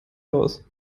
aus